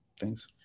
thanks